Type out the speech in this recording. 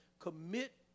Commit